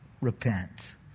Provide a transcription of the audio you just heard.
repent